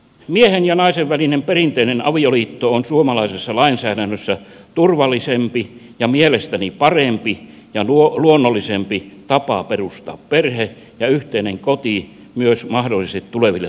miehen ja naisen välinen perinteinen avioliitto on suomalaisessa lainsäädännössä turvallisempi ja mielestäni parempi ja luonnollisempi tapa perustaa perhe ja yhteinen koti myös mahdollisille tuleville lapsille